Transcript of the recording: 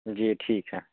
जी ठीक है